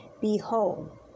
behold